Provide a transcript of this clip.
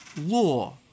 law